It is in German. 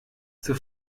zur